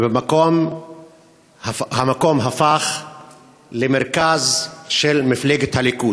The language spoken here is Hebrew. המקום הפך למרכז של מפלגת הליכוד.